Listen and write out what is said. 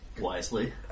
Wisely